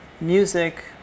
music